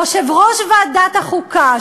יושב-ראש ועדת החוקה,